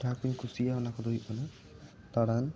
ᱡᱟᱦᱟᱸ ᱠᱩᱧ ᱠᱩᱥᱤᱭᱟᱜᱼᱟ ᱚᱱᱟ ᱫᱚ ᱦᱩᱭᱩᱜ ᱠᱟᱱᱟ ᱫᱟᱬᱟᱱ